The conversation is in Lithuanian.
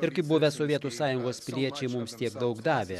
ir kaip buvę sovietų sąjungos piliečiai mums tiek daug davė